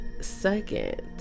second